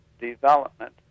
development